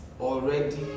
already